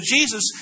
Jesus